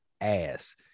ass